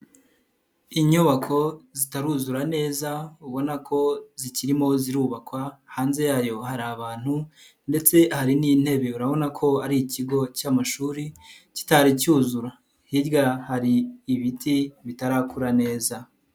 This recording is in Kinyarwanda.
Inyubako zitaruzura neza ubona ko zikirimo zirubakwa hanze yayo hari abantu ndetse hari n'intebe urabona ko ari ikigo cy'amashuri kitari cyuzura, hirya hari ibiti bitarakura neza.